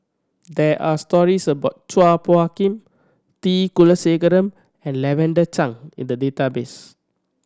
there are stories about Chua Phung Kim T Kulasekaram and Lavender Chang in the database